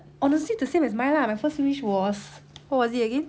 honestly the same as mine lah my first wish was what was it again